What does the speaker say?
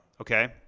Okay